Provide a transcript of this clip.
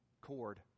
cord